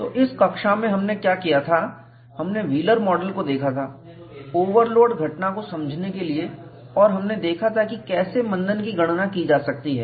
तो इस कक्षा में हमने क्या किया था हमने व्हीलर मॉडल को देखा था ओवरलोड घटना को समझने के लिए और हमने देखा था कि कैसे मंदन की गणना की जा सकती है